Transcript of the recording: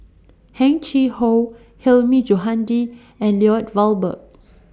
Heng Chee How Hilmi Johandi and Lloyd Valberg